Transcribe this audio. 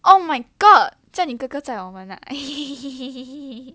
oh my god 叫你哥哥载我们 ah